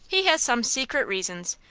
he has some secret reason,